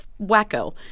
wacko